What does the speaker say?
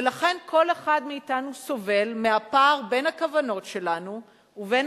ולכן כל אחד מאתנו סובל מהפער בין הכוונות שלנו ובין